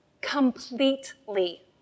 completely